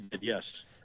yes